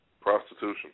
Prostitution